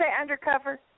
undercover